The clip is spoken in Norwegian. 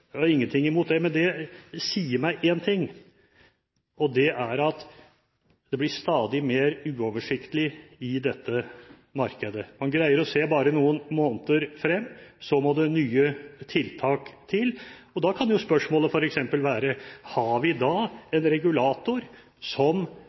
ingenting imot det, men det sier meg én ting, og det er at det blir stadig mer uoversiktlig i dette markedet. Man greier bare å se noen måneder frem, så må det nye tiltak til. Da kan jo spørsmålet f.eks. være: Har vi